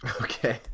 Okay